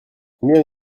combien